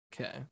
okay